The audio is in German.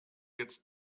jetzt